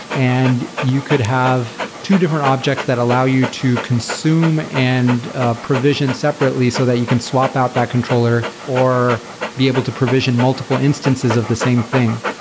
and you could have two different objects that allow you to consume and ah provision separately so that you can swap out that controller or be able to provision multiple instances of the same thing.